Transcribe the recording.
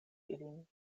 ilin